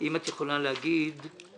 אם את יכולה להגיד בבקשה,